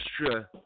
extra